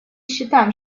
считаем